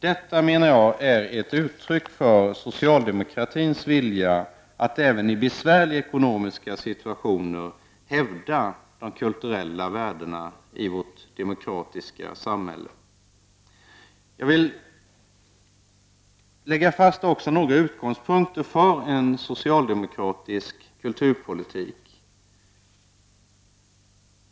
Detta, menar jag, är ett uttryck för socialdemokratins vilja att även i besvärliga ekonomiska situationer hävda de kulturella värdena i vårt demokratiska samhälle. Jag vill även slå fast några viktiga utgångspunkter för en socialdemokratisk kulturpolitik.